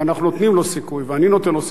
ואנחנו נותנים לו סיכוי, ואני נותן לו סיכוי.